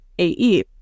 AE